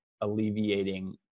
alleviating